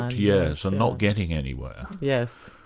ah yes. and not getting anywhere. yes.